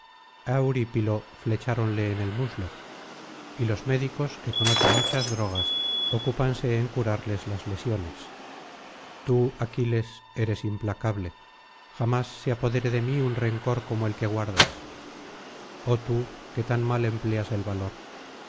eurípiló flecháronle en el muslo y los médicos que conocen muchas drogas ocdpanse en curarles las lesiones tii aquiles eres implacable jamás se apodere de mí un rencor como el que guardas oh tú que tan mal empleas el valor